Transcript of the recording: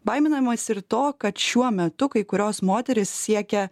baiminamasi ir to kad šiuo metu kai kurios moterys siekia